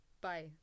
Bye